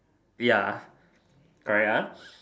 ya correct ah